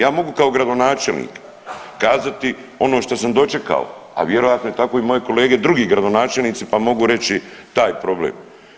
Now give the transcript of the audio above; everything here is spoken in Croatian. Ja mogu kao gradonačelnik kazati ono što sam dočekao, a vjerojatno tako i moji kolege drugi gradonačelnici pa mogu reći taj problem.